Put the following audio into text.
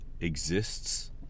exists